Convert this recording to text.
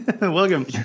welcome